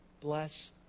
bless